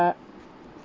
uh